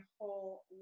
whole